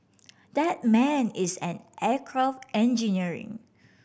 that man is an aircraft engineering